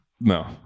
No